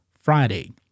Friday